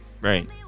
Right